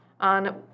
On